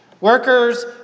Workers